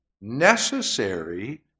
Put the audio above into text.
necessary